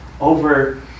over